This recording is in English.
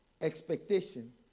expectation